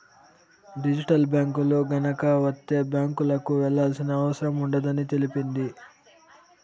digital బ్యాంకులు గనక వత్తే బ్యాంకులకు వెళ్లాల్సిన అవసరం ఉండదని తెలిపింది